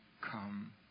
come